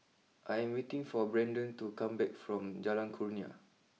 I 'm waiting for Brenden to come back from Jalan Kurnia